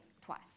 twice